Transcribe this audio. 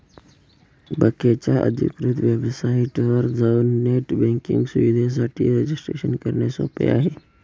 बकेच्या अधिकृत वेबसाइटवर जाऊन नेट बँकिंग सुविधेसाठी रजिस्ट्रेशन करणे सोपे आहे